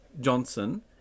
Johnson